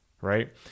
right